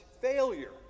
failure